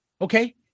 Okay